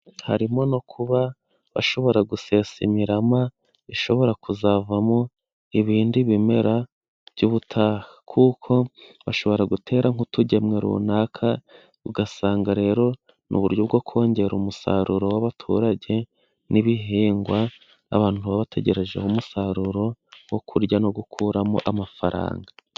Harimo no kuba bashobora gusesa imirama, ishobora kuzavamo ibindi bimera by'ubutaha, kuko bashobora gutera nk'utugemwe runaka, ugasanga rero ni uburyo bwo kongera umusaruro w'abaturage, n'ibihingwa abantu baba bategerejeho umusaruro wo kurya no gukuramo amafaranga.